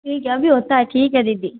ठीक है अभी होता है ठीक है दीदी